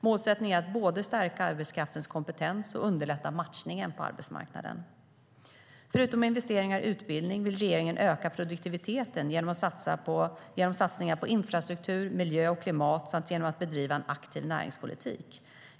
Målsättningen är att både stärka arbetskraftens kompetens och underlätta matchningen på arbetsmarknaden. Förutom investeringar i utbildning vill regeringen öka produktiviteten genom satsningar på infrastruktur, miljö och klimat samt genom att bedriva en aktiv näringspolitik.